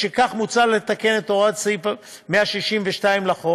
משכך, מוצע לתקן את הוראות סעיף 162 לחוק